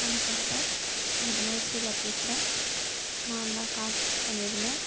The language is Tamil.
வணக்கம் சார் நான் இது மாதிரி சீலா பேசுகிறேன் நான் தான் கால் பண்ணியிருந்தேன்